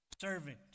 servant